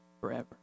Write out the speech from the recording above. forever